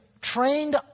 trained